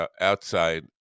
outside